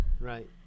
right